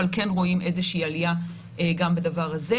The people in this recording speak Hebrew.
אבל כן רואים איזושהי עלייה גם בדבר הזה.